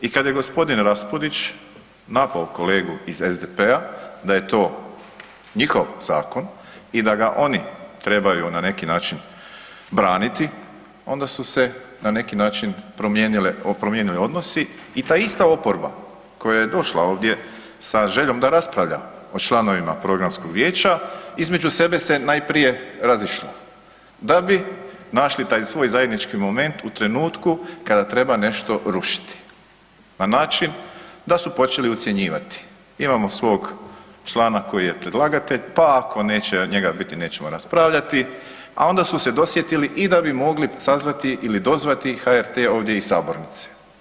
I kada je g. Raspudić napao kolegu iz SDP-a da je to njihov zakon i da ga oni trebaju na neki način braniti, onda su se na neki način promijenili odnosi i ta ista oporba koja je došla ovdje sa željom da raspravlja o članovima programskog vijeća, između sebe se najprije razišla da bi našli taj svoj zajednički moment u trenutku kada treba nešto rušiti na način da su počeli ucjenjivati, imamo svog člana koji je predlagatelj pa ako neće njega biti, nećemo raspravljati a onda su se dosjetili i da bi mogli sazvati ili dozvati HRT ovdje iz sabornice.